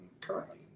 currently